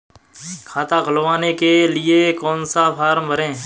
खाता खुलवाने के लिए कौन सा फॉर्म भरें?